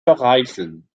vereiteln